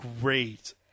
great